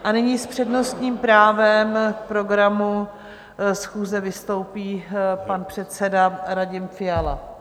A nyní s přednostním právem k programu schůze vystoupí pan předseda Radim Fiala.